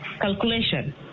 calculation